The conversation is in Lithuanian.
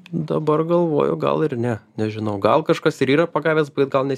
dabar galvoju gal ir ne nežinau gal kažkas ir yra pagavęs bet gal nes